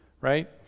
right